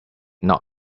not